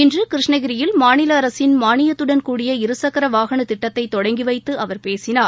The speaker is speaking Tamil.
இன்று கிருஷ்ணகிரியில் மாநில அரசின் மானியத்துடன் கூடிய இருசக்கர வாகன திட்டத்தை தொடங்கி வைத்து அவர் பேசினார்